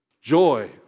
joy